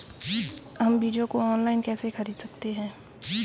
हम बीजों को ऑनलाइन कैसे खरीद सकते हैं?